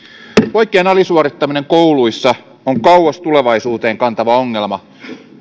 poikien alisuorittaminen kouluissa on kauas tulevaisuuteen kantava ongelma